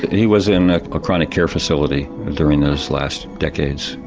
he was in a chronic care facility during those last decades,